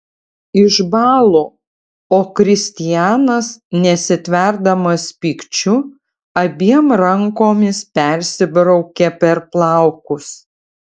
išbąlu o kristianas nesitverdamas pykčiu abiem rankomis persibraukia per plaukus